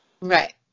Right